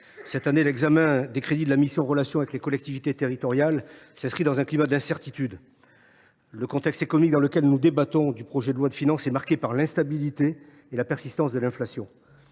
cette année, l’examen des crédits de la mission « Relations avec les collectivités territoriales » s’inscrit dans un climat d’incertitude. Le contexte économique dans lequel nous débattons du projet de loi de finances est marqué par l’instabilité et la persistance de l’inflation.